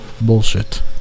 Bullshit